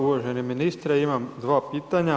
Uvaženi ministre imam dva pitanja.